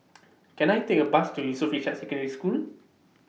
Can I Take A Bus to Yusof Ishak Secondary School